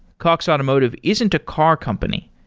cox automotive isn't a car company.